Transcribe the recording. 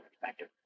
perspective